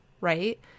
right